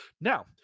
Now